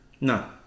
No